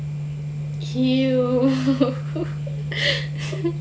!eww!